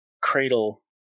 cradle